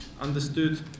understood